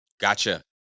Gotcha